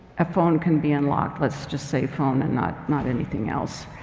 a phone can be unlocked. let's just say phone and not not anything else.